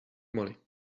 moly